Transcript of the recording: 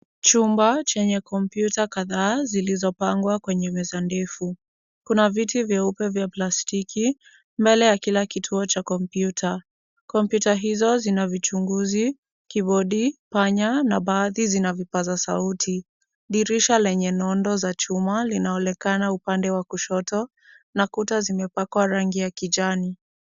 Chumba chenye kompyuta kadhaa zilizo pangwa kwenye meza ndefu. Kuna viti vyeupe vya plastiki mbele ya kila kituo cha kompyuta. Kompyuta hizo zina vichunguzi, kibodi, panya na baadhi zina vipaza sauti. Dirisha lenye nondo za chuma linaonekana upande wa kushoto na kuta zimepakwa rangi ya kijani.